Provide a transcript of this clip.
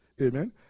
Amen